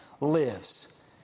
lives